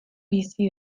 bizi